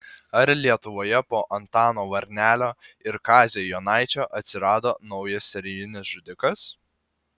ar lietuvoje po antano varnelio ir kazio jonaičio atsirado naujas serijinis žudikas